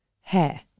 hair